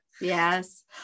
Yes